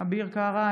אביר קארה,